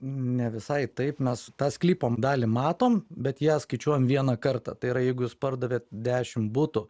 ne visai taip mes tą sklypo dalį matom bet ją skaičiuojam vieną kartą tai yra jeigu jūs pardavėt dešim butų